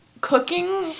cooking